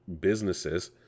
businesses